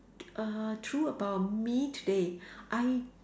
err true about me today I